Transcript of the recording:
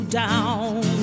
down